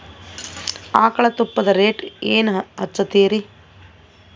ಆಕಳ ತುಪ್ಪದ ರೇಟ್ ಏನ ಹಚ್ಚತೀರಿ?